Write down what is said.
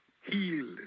healed